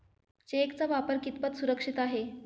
चेकचा वापर कितपत सुरक्षित आहे?